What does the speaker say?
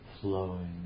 flowing